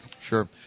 Sure